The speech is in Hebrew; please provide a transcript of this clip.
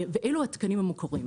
ואלו התקנים המקוריים.